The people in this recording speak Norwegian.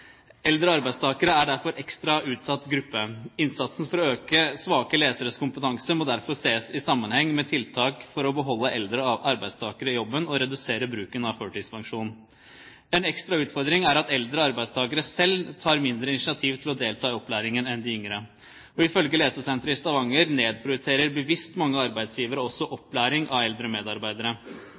Eldre arbeidstakere er derfor en ekstra utsatt gruppe. Innsatsen for å øke svake leseres kompetanse må derfor ses i sammenheng med tiltak for å beholde eldre arbeidstakere i jobb og redusere bruken av førtidspensjon. En ekstra utfordring er at eldre arbeidstakere selv tar mindre initiativ til å delta i opplæringen enn de yngre. Ifølge Lesesenteret i Stavanger nedprioriterer bevisst mange arbeidsgivere også opplæring av eldre medarbeidere.